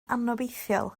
anobeithiol